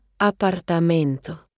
Apartamento